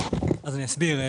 אני אסביר.